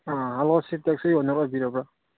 hello ꯁꯤ taxi owner ꯑꯣꯏꯕꯤꯔꯕ